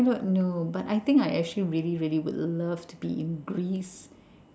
I don't know but I think I actually really really would love to be in Greece